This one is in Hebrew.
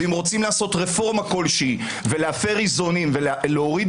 ואם רוצים לעשות רפורמה כלשהי ולהפר איזונים ולהוריד